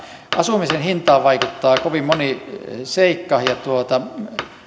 asumisen hintaan vaikuttaa kovin moni seikka ja